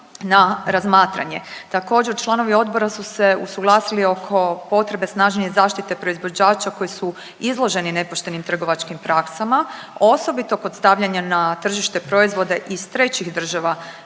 na razmatranje. Također članovi odbora su se usuglasili oko potrebe snažnije zaštite proizvođača koji su izloženi nepoštenim trgovačkim praksama osobito kod stavljanja na tržište proizvoda iz trećih država